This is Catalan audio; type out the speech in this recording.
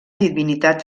divinitat